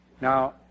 now